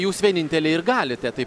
jūs vieninteliai ir galite tai